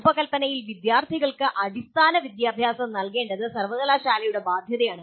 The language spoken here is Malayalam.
രൂപകൽപ്പനയിൽ വിദ്യാർത്ഥികൾക്ക് അടിസ്ഥാന വിദ്യാഭ്യാസം നൽകേണ്ടത് സർവകലാശാലയുടെ ബാധ്യതയാണ്